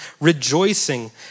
rejoicing